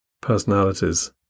personalities